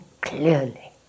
clearly